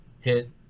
hit